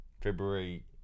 February